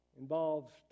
involves